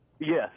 yes